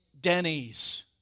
Denny's